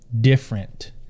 different